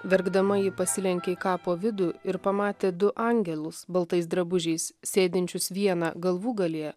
verkdama ji pasilenkė į kapo vidų ir pamatė du angelus baltais drabužiais sėdinčius vieną galvūgalyje